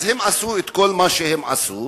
אז הם עשו את כל מה שהם עשו,